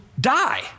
die